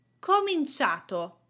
cominciato